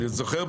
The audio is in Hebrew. אני זוכר,